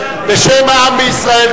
בשם העם בישראל,